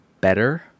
better